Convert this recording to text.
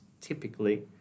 typically